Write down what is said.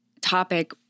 topic